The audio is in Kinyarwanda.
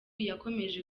yakomeje